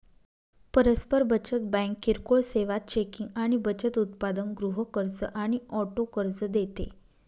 परस्पर बचत बँक किरकोळ सेवा, चेकिंग आणि बचत उत्पादन, गृह कर्ज आणि ऑटो कर्ज देते